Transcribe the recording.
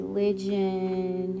Religion